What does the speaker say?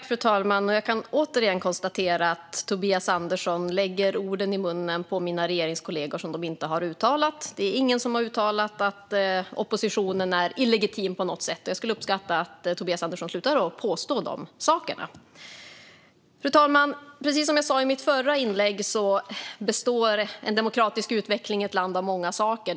Fru talman! Jag kan återigen konstatera att Tobias Andersson lägger ord i munnen på mina regeringskollegor som de inte har uttalat. Det är ingen som har uttalat att oppositionen är illegitim på något sätt. Jag skulle uppskatta om Tobias Andersson slutade påstå dessa saker. Fru talman! Precis som jag sa i mitt förra inlägg består en demokratisk utveckling i ett land av många saker.